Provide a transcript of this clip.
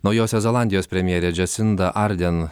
naujosios zelandijos premjerė džasinda arden